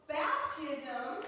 baptism